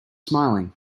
smiling